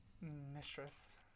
mistress